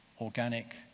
organic